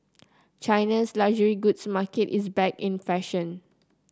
China's luxury goods market is back in fashion